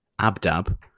Abdab